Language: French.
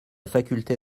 faculté